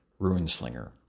RuinSlinger